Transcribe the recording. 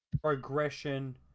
progression